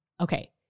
Okay